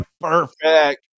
perfect